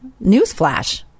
Newsflash